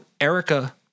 Erica